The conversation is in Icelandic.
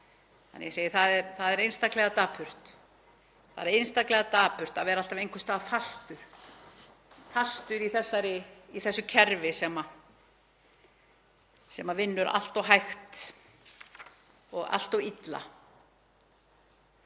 æviskeiðið. Það er einstaklega dapurt að vera alltaf einhvers staðar fastur í þessu kerfi sem vinnur allt of hægt og allt of illa.